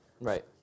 Right